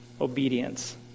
Obedience